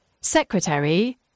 Secretary